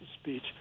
speech